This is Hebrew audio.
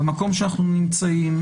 במקום שאנחנו נמצאים,